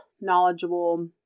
knowledgeable